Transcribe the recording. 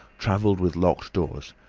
travelled with locked doors,